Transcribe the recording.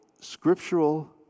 scriptural